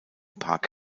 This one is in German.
park